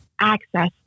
access